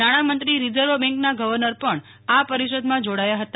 નાણામંત્રી રીઝર્વ બેન્કના ગવર્નર પણ આ પરિષદમાં જોડાયા હતા